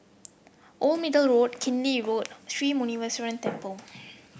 Old Middle Road Killiney Road Sri Muneeswaran Temple